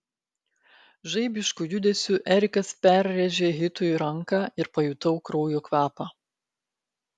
žaibišku judesiu erikas perrėžė hitui ranką ir pajutau kraujo kvapą